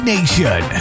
Nation